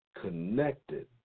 connected